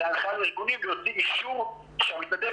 אלא הנחיה לארגונים להוציא אישור שהמתנדב